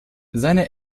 seine